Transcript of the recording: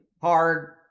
hard